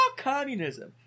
Communism